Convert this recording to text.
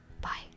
Bye